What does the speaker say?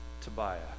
Tobiah